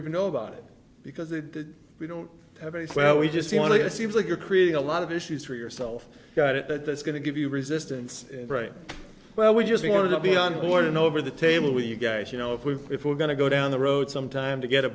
even know about it because the we don't have a swell we just want to it seems like you're creating a lot of issues for yourself got it that's going to give you resistance right well we just want to be on board and over the table with you guys you know if we if we're going to go down the road some time to get a